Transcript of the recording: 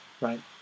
right